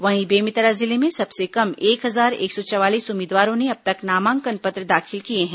वहीं बेमेतरा जिले में सबसे कम एक हजार एक सौ चवालीस उम्मीदवारों ने अब तक नामांकन पत्र दाखिल किए हैं